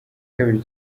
kabiri